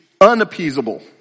unappeasable